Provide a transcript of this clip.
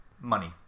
money